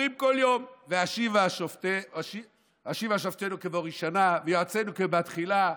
אומרים כל יום: "השיבה שופטינו כבראשונה ויועצינו כבתחילה,